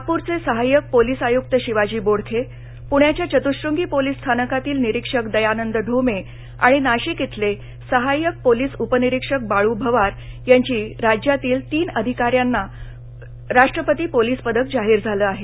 नागपूरचे सहायक पोलीस आयुक्त शिवाजी बोडखे पृण्याच्या चतुःश्रंगी पोलीस स्थानकातील निरीक्षक दयानंद ढोमे आणि नाशिक इथले सहायक पोलीस उपनिरीक्षक बाळू भवार या राज्यातील तीन अधिका यांना राष्ट्रपती पोलीस पदक जाहीर झालं आहे